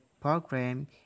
program